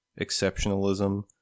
exceptionalism